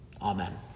Amen